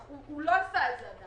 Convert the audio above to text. אבל לא עשה את זה.